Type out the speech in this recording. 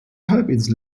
halbinsel